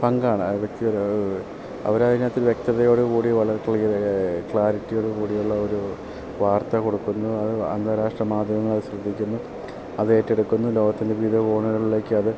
പങ്കാണ് അവർ അതിനകത്ത് വ്യക്തതയോടെ കൂടി വളരെ വ്യക്ത്യത ക്ലാരിറ്റിയോട് കൂടിയുള്ള ഒരു വാർത്ത കൊടുക്കുന്നു അത് അന്താരാഷ്ട്രമാധ്യമങ്ങൾ അത് ശ്രദ്ധിക്കുന്നു അത് ഏറ്റെടുക്കുന്നു ലോകത്തിൻ്റെ വിവിധ കോണുകളിലേക്ക് അത്